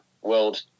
World